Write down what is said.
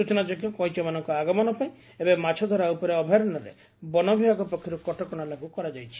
ସ୍ଚନାଯୋଗ୍ୟ କଇଁଛମାନଙ୍କ ଆଗମନପାଇଁ ଏବେ ମାଛଧରା ଉପରେ ଅଭୟାରଣ୍ୟରେ ବନବିଭାଗ ପକ୍ଷର୍ତ କଟକଣା ଲାଗୁ କରାଯାଇଛି